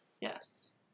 yes